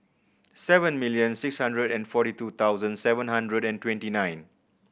seven million six hundred and forty two thousand seven hundred and twenty nine